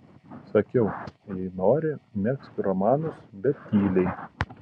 sakiau jei nori megzk romanus bet tyliai